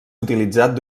utilitzat